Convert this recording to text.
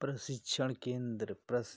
प्रशिक्षण केन्द्र प्रस